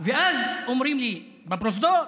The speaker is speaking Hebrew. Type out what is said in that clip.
ואז אומרים לי בפרוזדור,